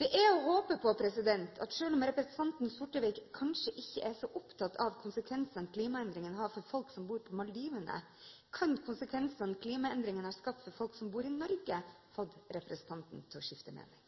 Det er å håpe at selv om representanten Sortevik kanskje ikke er så opptatt av de konsekvensene klimaendringene får for folk som bor på Maldivene, kan de konsekvensene klimaendringene har fått for folk som bor i Norge, få representanten til å skifte mening.